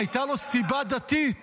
הייתה לו סיבה דתית